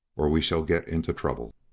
or we shall get into trouble.